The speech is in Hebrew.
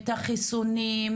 את החיסונים,